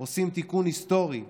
עושים תיקון היסטורי,